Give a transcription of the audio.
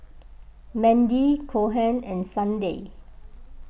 Mandy Cohen and Sunday